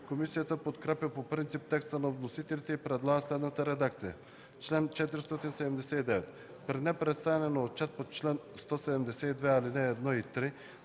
Комисията подкрепя по принцип текста на вносителите и предлага следната редакция на чл. 479: „Чл. 479. При непредставяне на отчет по чл. 172, ал. 1 и 3